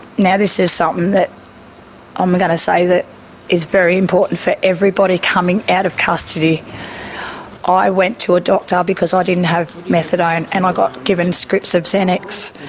now, this is something that um i'm going to say that is very important for everybody coming out of custody i went to a doctor because i didn't have methadone and i got given scripts of xanax.